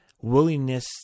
willingness